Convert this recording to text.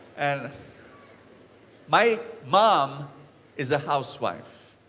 and my mom is a housewife.